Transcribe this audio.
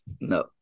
No